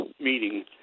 meeting